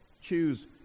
choose